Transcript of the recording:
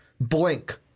Blink